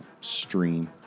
stream